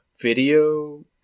video